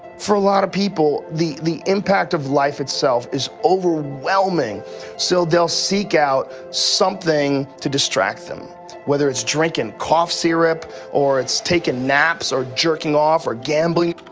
for a lot of people, the the impact of life itself is overwhelming so they'll seek out something to distract them whether it's drinkin' cough syrup or takin' naps or jerking off or gambling.